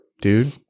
dude